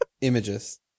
images